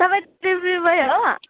तपाईँ delivery boy हो